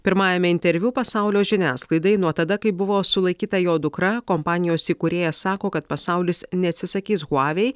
pirmajame interviu pasaulio žiniasklaidai nuo tada kai buvo sulaikyta jo dukra kompanijos įkūrėjas sako kad pasaulis neatsisakys huavei